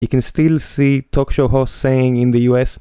אתם עדיין יכולים לראות תוכניות אירוח בארה"ב